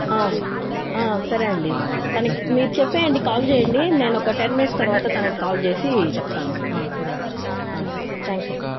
సరే అండీ తనకి మీరు చెప్పేయండి కాల్ చేయండి నేనొక టెన్ మినిట్స్ తర్వాత తనకి కాల్ చేసి చెప్తాను సరే అండీ సరే థ్యాంక్స్ అండీ